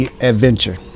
adventure